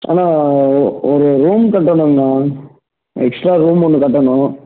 அண்ணா ஒரு ரூம் கட்டணுங்கணா extra room ஒன்று கட்டணும்